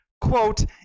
quote